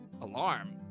Alarm